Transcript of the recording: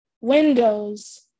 Windows